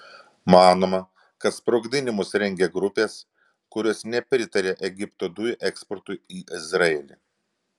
manoma kad sprogdinimus rengia grupės kurios nepritaria egipto dujų eksportui į izraelį